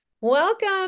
Welcome